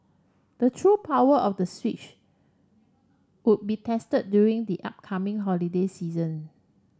the true power of the Switch would be tested during the upcoming holiday season